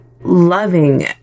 loving